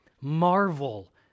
marvel